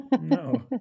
No